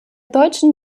deutschen